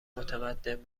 متمدن